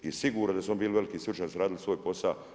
I sigurno da su bili veliki stručnjaci, radili svoj posa.